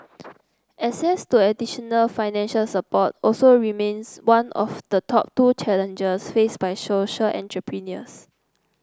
access to additional financial support also remains one of the top two challenges faced by social entrepreneurs